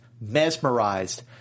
mesmerized